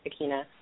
Akina